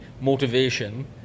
motivation